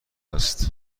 است